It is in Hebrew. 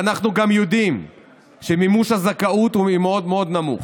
ואנחנו גם יודעים שמימוש הזכאות הוא מאוד מאוד נמוך.